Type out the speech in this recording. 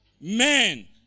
Men